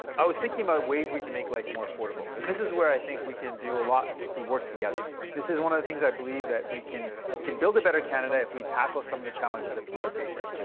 i was thinking about ways we can make life more affordable. and this is where i think we can do a lot if we work together. this is one of the things i believe we can we can build a better canada if we tackle some of the challenges that people are facing.